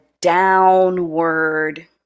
downward